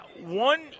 One